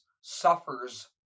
suffers